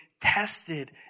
tested